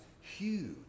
huge